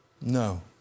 No